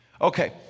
Okay